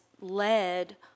led